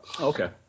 okay